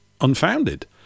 unfounded